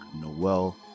Noel